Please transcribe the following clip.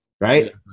right